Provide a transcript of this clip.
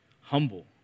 Humble